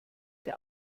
der